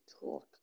talk